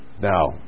Now